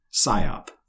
psyop